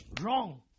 wrong